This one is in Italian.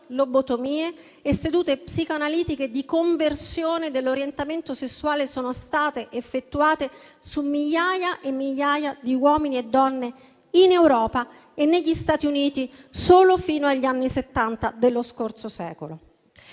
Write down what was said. lobotomie e sedute psicanalitiche di conversione dell'orientamento sessuale sono state effettuate su migliaia e migliaia di uomini e donne in Europa e negli Stati Uniti, ancora fino agli anni Settanta dello scorso secolo.